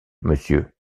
monsieur